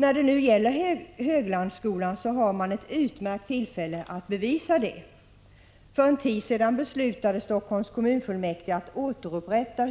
När det nu gäller Höglandsskolan har man ett utmärkt tillfälle att bevisa det. För en tid sedan beslutade Helsingforss kommunfullmäktige att återupprätta